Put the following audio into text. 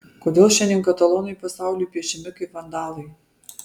kodėl šiandien katalonai pasauliui piešiami kaip vandalai